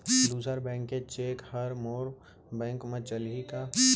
दूसर बैंक के चेक ह मोर बैंक म चलही का?